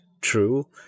true